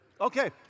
okay